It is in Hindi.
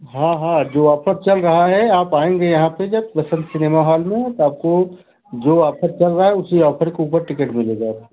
हाँ हाँ जो ऑफर चल रहा है आप आएँगे यहाँ पर जब वसंत सिनेमा हाॅल में तो आपको जो ऑफर चल रहा है उसी ऑफर के ऊपर टिकट मिलेगा आपको